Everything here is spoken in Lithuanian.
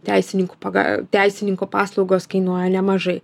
teisininkų paga teisininko paslaugos kainuoja nemažai